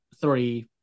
three